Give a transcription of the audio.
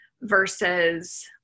versus